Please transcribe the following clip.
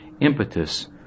impetus